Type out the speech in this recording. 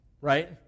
right